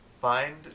find